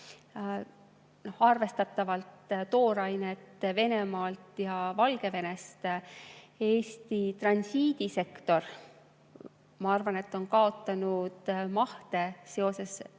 arvestataval hulgal toorainet Venemaalt ja Valgevenest ning Eesti transiidisektor, ma arvan, on kaotanud mahtu seoses